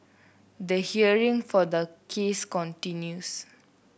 the hearing for the case continues